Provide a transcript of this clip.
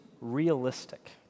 realistic